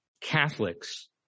Catholics